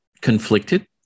conflicted